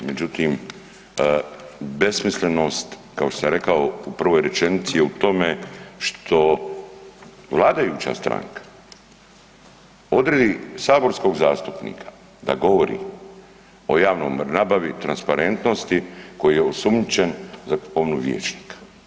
Međutim, besmislenost kao što sam rekao u prvoj rečenici je u tome što vladajuća stranka odredi saborskog zastupnika da govori o javnoj nabavi, transparentnosti koji je osumnjičen za … vijećnika.